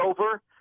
over